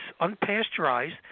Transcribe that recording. unpasteurized